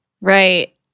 Right